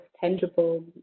tangible